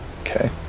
Okay